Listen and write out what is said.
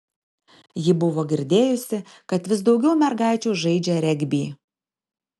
ji buvo girdėjusi kad vis daugiau mergaičių žaidžią regbį